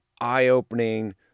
eye-opening